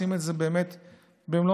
לשים את זה במוקד העשייה,